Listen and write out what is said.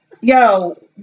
Yo